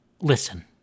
listen